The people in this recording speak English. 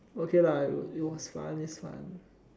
okay lah it was fun it's fun